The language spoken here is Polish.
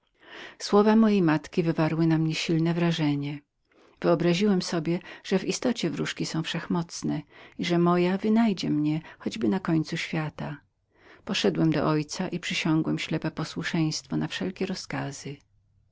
słowa te mojej matki wywarły na mnie silne wrażenie wystawiałem sobie że w istocie wróżki były wszechmocnemi i że moja wynajdzie mnie choćby na końcu świata poszedłem do mego ojca i poprzysiągłem ślepe posłuszeństwo na wszelkie rozkazy